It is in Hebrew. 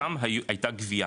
שם הייתה גבייה.